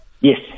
Yes